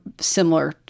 similar